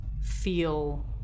feel